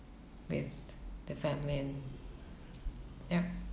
with the family and yup